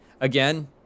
Again